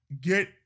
get